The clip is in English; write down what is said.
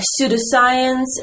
pseudoscience